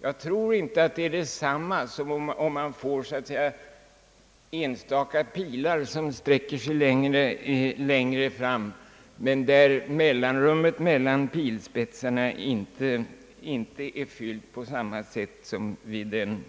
Jag tror inte att det är detsamma om man får så att säga enstaka pilar som sträcker sig längre fram men där mellanrummet mellan pilspet sarna inte är fyllt på samma sätt som vid den